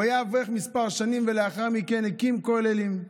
הוא היה אברך כמה שנים ולאחר מכן הקים כוללים.